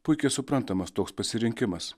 puikiai suprantamas toks pasirinkimas